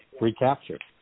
recaptured